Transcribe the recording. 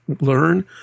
learn